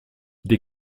des